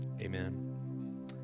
amen